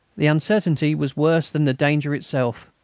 the uncertainty was worse than the danger itself.